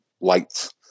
lights